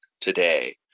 today